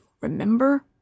remember